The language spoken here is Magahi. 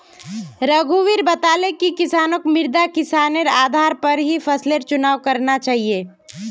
रघुवीर बताले कि किसानक मृदा किस्मेर आधार पर ही फसलेर चुनाव करना चाहिए